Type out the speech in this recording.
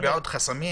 תכף נדון בעוד חסמים,